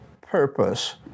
purpose